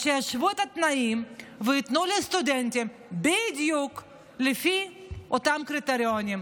אז שישוו את התנאים וייתנו לסטודנטים בדיוק לפי אותם קריטריונים.